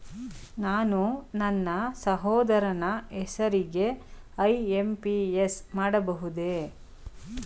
ನಾನು ನನ್ನ ಸಹೋದರನ ಹೆಸರಿಗೆ ಐ.ಎಂ.ಪಿ.ಎಸ್ ಮಾಡಬಹುದೇ?